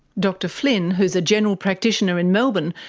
dr flynn, who's a general practitioner in melbourne,